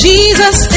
Jesus